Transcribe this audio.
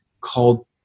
called